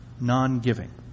Non-giving